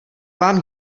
vám